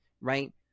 right